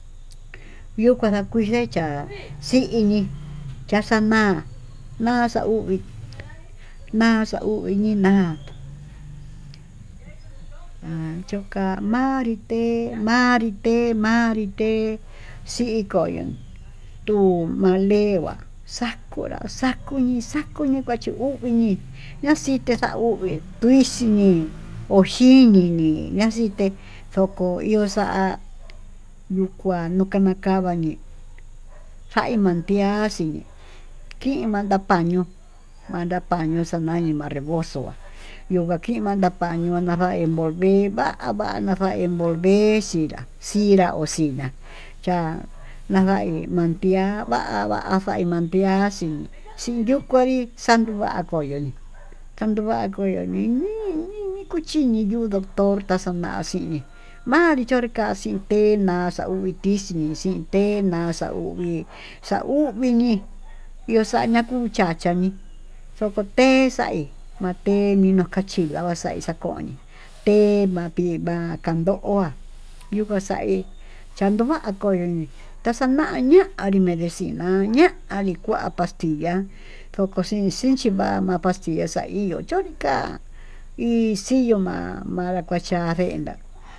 Yo'o kadakui xechá xi'í ini taxam'á chaxa uhí, na'á xa'a uhí na'á ha choká manrí té manrí té manrí té xin koyón, tuu malenguá xakunrá xakuñí xakuñi kuaxhí uñí ña'a xhite xa'a uhí tuí xiñii ojiñi miña'a xité xoko ihó xa'á nuu kuanuu kava kava ñii, njaí maxiaxhí kín kuanta kañuu mana pañó xanañé má reboxo ohá yuu vakuín manda pañó va involvii va'á vana'a xa'a envolver xinrá inrá oxiná, ya'á mankia maxhiá va'á va'á faí mankiá naxín xiyuu kuayii xando'o va'á koyoí, kanyuva'a koyo niñii nini kuchini yuu kuu doctór kaxunaxí nuin manrí kuñii kaxíi nuu kuena xauvitiximó xintenaá kuvii xauvii, yuu xaña'a kuu chacha nui xokotexaí maté mino kaxtila xai xakoñité va'a tima'a kandoí ho ohá yukuu xaí chandova'a koyonoí naxaña'a ña'a kodimen ndexina ña'a nii, kuá pastilla kokoxín xhichí va'á ma'a pastilla xaiyo chónika ixii yo'o ma'a kuanra kuacha'á tenda'á.